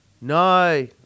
No